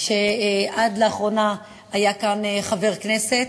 שעד לאחרונה היה כאן חבר כנסת.